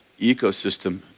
ecosystem